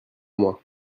moi